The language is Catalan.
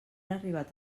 arribat